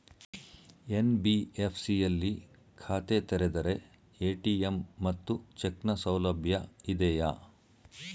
NBFC ಯಲ್ಲಿ ಖಾತೆ ತೆರೆದರೆ ಎ.ಟಿ.ಎಂ ಮತ್ತು ಚೆಕ್ ನ ಸೌಲಭ್ಯ ಇದೆಯಾ?